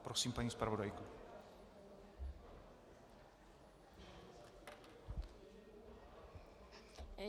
Prosím, paní zpravodajko.